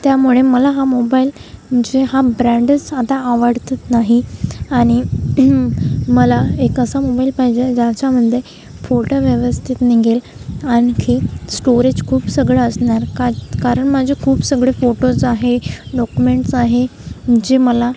त्यामुळे मला हा मोबाइल मजे हा ब्रँडच आता आवडतंच नाही आणि मला एक असा मोबाइल पाहिजे आहे ज्याच्यामध्ये फोटो व्यवस्थित निघेल आणखी स्टोरेज खूप सगळं असणार का कारण माझे खूप सगळे फोटोज आहे डॉकुमेंट्स आहे जे मला